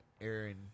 Aaron